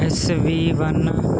S V one